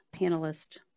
panelist